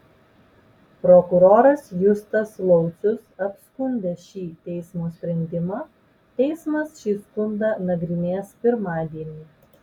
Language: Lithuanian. prokuroras justas laucius apskundė šį teismo sprendimą teismas šį skundą nagrinės pirmadienį